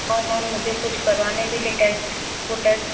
और मैम मुझे कुछ करवाने भी थे टेस्ट वो टेस्ट